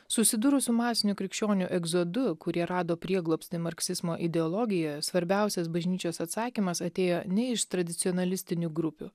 susidūrus su masiniu krikščionių egzodu kurie rado prieglobstį marksizmo ideologijoje svarbiausias bažnyčios atsakymas atėjo ne iš tradicionalistinių grupių